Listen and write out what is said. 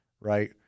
right